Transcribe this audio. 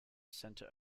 center